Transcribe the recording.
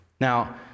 Now